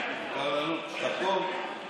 אני רוצה להתייחס למה שקרה פה היום,